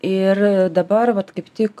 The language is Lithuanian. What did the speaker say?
ir dabar vat kaip tik